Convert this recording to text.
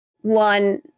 one